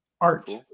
art